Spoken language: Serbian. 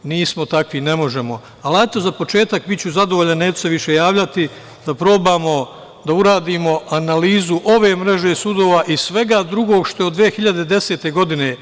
Nismo takvi, ne možemo, ali hajte za početak biću zadovoljan, neću se više javljati, da probamo da uradimo analizu ove mreže sudova i svega drugog što je od 2010. godine.